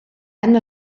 han